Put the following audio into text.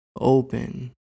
open